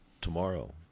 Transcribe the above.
tomorrow